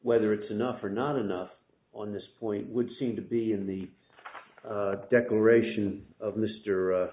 whether it's enough or not enough on this point would seem to be in the declaration of mr the